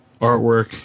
artwork